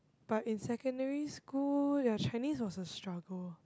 but in secondary school ya Chinese was a struggle